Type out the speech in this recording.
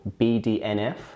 BDNF